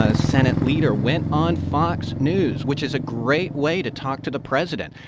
ah senate leader, went on fox news, which is a great way to talk to the president,